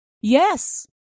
Yes